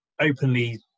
openly